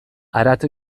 harat